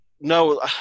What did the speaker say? No